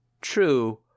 true